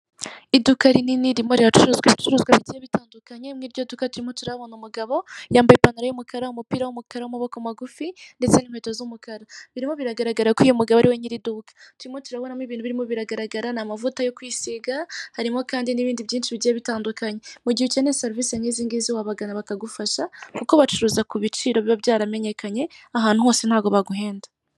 Iduka rinini ririmo riracuruza ibicuruzwa bigiye bitandukanye , mwiryo durimo turahabona umugabo , yambaye ipantaro y'umukara , umupira w'umukara w'amaboko magufi ndetse n'inkweto z'umukara . Birimo biragaragara ko uyu mugabo ari we nyiri iduka turimo turabonamo ibintu birimo biragaragara ni amavuta yo kwisiga harimo kandi n'ibintu byinshi bigiye bitandukanye mu gihe ukeneye serivise nk'izi ngizi wabagana bakagufasha kuko bacuruza ku biciro biba byaramenyekanye ahantu hose ntabwo baguhenda.